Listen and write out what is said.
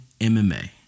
MMA